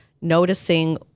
noticing